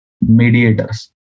mediators